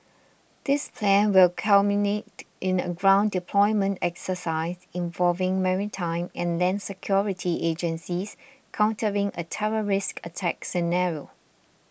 this plan will culminate in a ground deployment exercise involving maritime and land security agencies countering a terrorist attack scenario